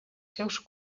seus